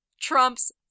Trump's